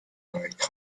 like